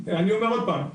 אני אומר עוד פעם,